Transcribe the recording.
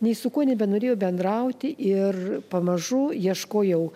nei su kuo nebenorėjo bendrauti ir pamažu ieškojau